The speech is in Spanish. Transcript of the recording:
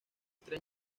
tren